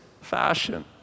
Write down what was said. fashion